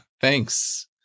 thanks